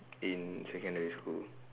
in secondary school